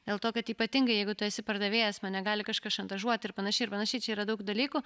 dėl to kad ypatingai jeigu tu esi pardavėjas mane gali kažkas šantažuoti ir panašiai ir panašiai čia yra daug dalykų